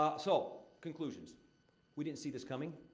ah so, conclusions we didn't see this coming.